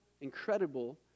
incredible